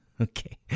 Okay